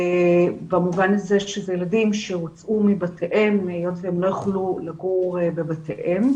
במובן הזה שאלה ילדים שהוצאו מבתיהם היות והם לא יכלו לגור בבתיהם.